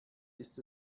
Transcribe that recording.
ist